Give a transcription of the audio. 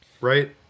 Right